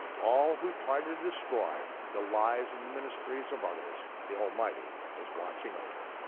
all who try to destroy the lives and the ministries of others, the almighty is watching over,